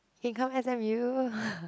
hey come s_m_u